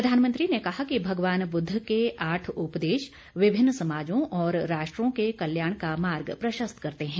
प्रधानमंत्री ने कहा कि भगवान बुद्ध के आठ उपदेश विभिन्न समाजों और राष्ट्रों के कल्याण का मार्ग प्रशस्त करते हैं